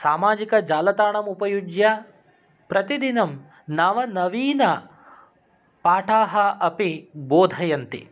सामाजिकजालताणम् उपयुज्य प्रतिदिनं नवनवीन पाठाः अपि बोधयन्ति